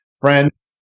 friends